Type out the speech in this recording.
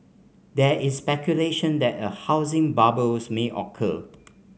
there is speculation that a housing bubbles may occur